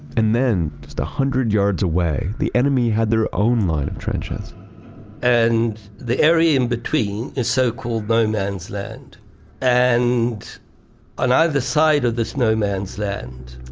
and then just a hundred yards away the enemy had their own line of trenches and the area in between, the so-called no man's land and on either side of this no man's land,